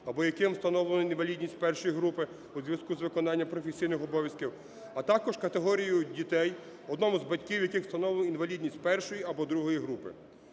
або яким встановлено інвалідність І групи у зв'язку з виконанням професійних обов'язків, а також категорію дітей, одному з батьків яких встановлено інвалідність 1 або 2 групи.